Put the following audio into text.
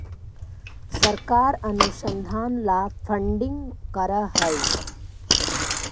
सरकार अनुसंधान ला फंडिंग करअ हई